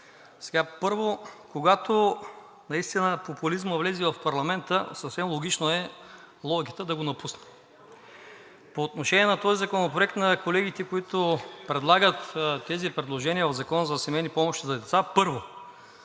Първо, когато наистина популизмът влезе в парламента, съвсем логично е логиката да го напусне. По отношение на този законопроект на колегите, които предлагат тези предложения в Закона за семейни помощи за деца. Първо,